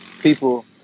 people